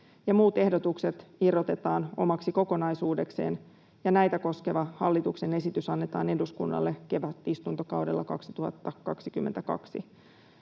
muut ehdotukset irrotetaan omaksi kokonaisuudekseen ja näitä koskeva hallituksen esitys annetaan eduskunnalle kevätistuntokaudella 2022.